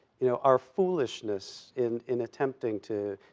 you know our foolishness in in attempting to,